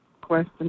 question